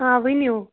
آ ؤنِو